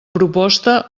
proposta